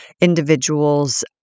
individuals